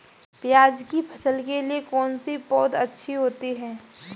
प्याज़ की फसल के लिए कौनसी पौद अच्छी होती है?